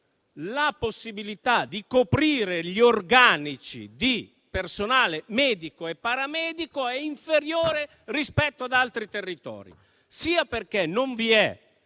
la possibilità di coprire gli organici di personale medico e paramedico è inferiore rispetto ad altri territori, perché non vi è